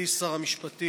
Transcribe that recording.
מכובדי שר המשפטים,